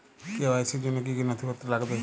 KYC র জন্য কি কি নথিপত্র লাগবে?